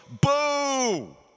boo